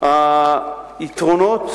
יתרונות